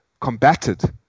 combated